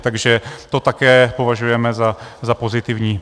Takže to také považujeme za pozitivní.